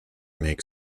make